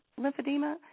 lymphedema